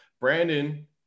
Brandon